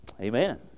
Amen